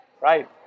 Right